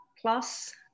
plus